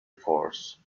force